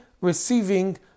receiving